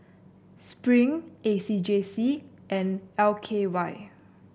Spring A C J C and L K Y